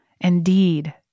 indeed